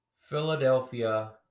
Philadelphia